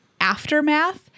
Aftermath